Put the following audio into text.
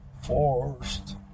forced